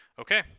Okay